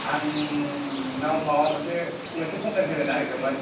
आं नोंनाव माबा मोनसे मोनसे खमफ्लेन होनो नागिरदोंमोन